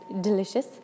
delicious